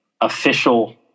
official